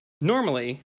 Normally